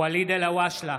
ואליד אלהואשלה,